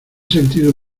sentido